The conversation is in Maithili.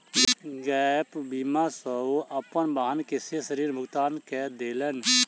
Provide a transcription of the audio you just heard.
गैप बीमा सॅ ओ अपन वाहन के शेष ऋण भुगतान कय देलैन